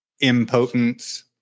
impotence